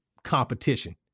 competition